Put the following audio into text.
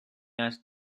است